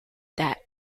that